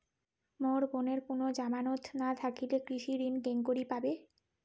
মোর বোনের কুনো জামানত না থাকিলে কৃষি ঋণ কেঙকরি পাবে?